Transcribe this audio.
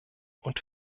und